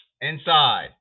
inside